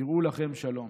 קראו לכם שלום".